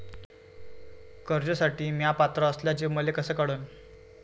कर्जसाठी म्या पात्र असल्याचे मले कस कळन?